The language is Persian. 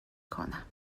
کنم